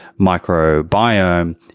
microbiome